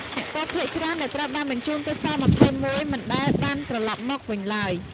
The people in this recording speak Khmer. អ្នកទោសភាគច្រើនដែលត្រូវបានបញ្ជូនទៅ ស-២១ មិនដែលបានត្រឡប់មកវិញឡើយ។